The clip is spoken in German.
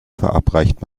verabreicht